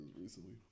recently